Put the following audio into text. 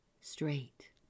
straight